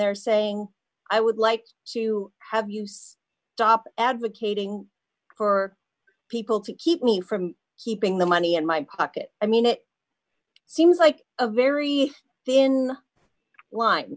they're saying i would like to have used stop advocating for people to keep me from keeping the money in my pocket i mean it seems like a very thin line